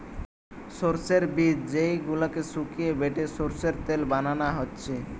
সোর্সের বীজ যেই গুলাকে শুকিয়ে বেটে সোর্সের তেল বানানা হচ্ছে